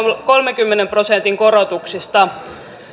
kolmenkymmenen prosentin korotuksista